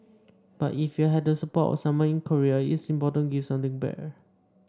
if you've had the support of someone in your career it's important to give something back